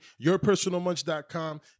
YourPersonalMunch.com